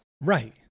Right